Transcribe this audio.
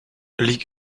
lig